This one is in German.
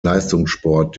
leistungssport